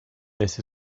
this